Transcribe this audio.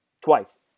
Twice